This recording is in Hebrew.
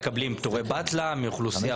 מקבלים --- מאוכלוסייה,